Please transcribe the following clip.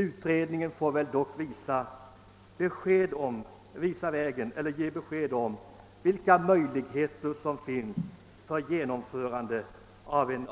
Utredningen får ge besked om vilka möjligheter som finns för genomförande av en